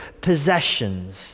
possessions